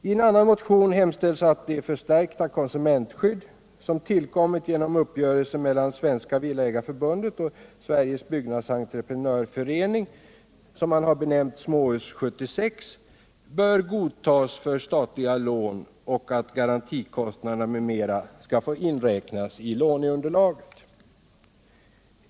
I en annan motion hemställs att det förstärkta konsumentskydd som tillkommit genom uppgörelser mellan Sveriges Villaägareförbund och Svenska byggnadsentreprenörföreningen, benämnt ”Småhus 76”, bör godtas för statliga lån och att garantikostnader m.m. skall få inräknas i låneunderlaget.